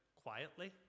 quietly